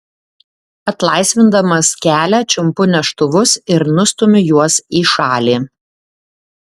atlaisvindamas kelią čiumpu neštuvus ir nustumiu juos į šalį